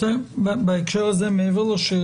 כל מאסדר יעלה את אסדרותיו?